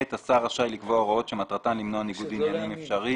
השר רשאי לקבוע הוראות שמטרתן למנוע ניגוד עניינים אפשרי